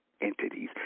entities